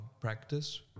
practice